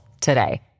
today